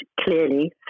clearly